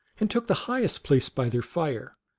and took the highest place by their fire,